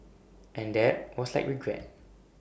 and that was like regret